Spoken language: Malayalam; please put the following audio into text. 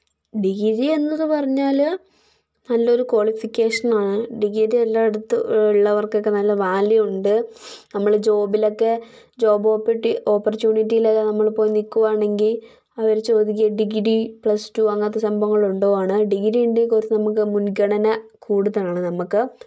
ഡിഗ്രി എന്നത് പറഞ്ഞാല് നല്ലൊരു ക്വാളിഫിക്കേഷൻ ആണ് ഡിഗ്രി എല്ലാം എടുത്ത് ഉള്ളവർക്കൊക്കെ നല്ല വാല്യൂ ഉണ്ട് നമ്മൾ ജോബിലൊക്കെ ജോബ് ഓപ്പർച്യുണിറ്റിയിലേക്ക് നമ്മൾ പോയി നിൽക്കുവാണെങ്കിൽ അവര് ചോദിക്കും ഡിഗ്രി പ്ലസ്ടു അങ്ങിനത്തെ സംഭവങ്ങൾ ഉണ്ടോ ആണ് ഡിഗ്രി ഉണ്ടേൽ കുറച്ച് നമുക്ക് മുൻഗണന കൂടുതലാണ് നമുക്ക്